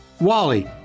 Wally